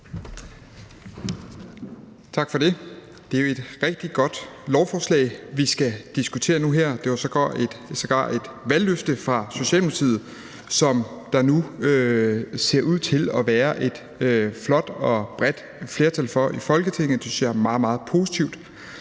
Tak for det. Det er et rigtig godt lovforslag, vi nu skal diskutere. Det er sågar et valgløfte fra Socialdemokratiet, som der ser ud til at være et flot og bredt flertal for i Folketinget. Det synes jeg er meget, meget positivt.